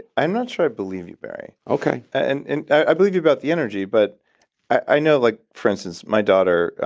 i'm not sure i believe you, barry. okay. and and i believe you about the energy, but i know, like for instance, my daughter,